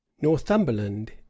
Northumberland